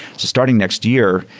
starting next year,